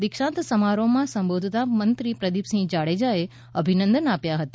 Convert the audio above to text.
દિક્ષાન્ત સમારોહમાં સંબોધતાં મંત્રી પ્રદીપસિંહ જાડેજાએ અભિનંદન આપ્યા હતા